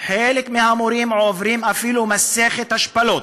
חלק מהמורים עוברים אפילו מסכת השפלות